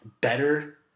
better